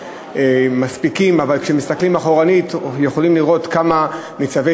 אבל כשמסתכלים לאחור יכולים לראות כמה מצווי